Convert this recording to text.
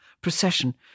procession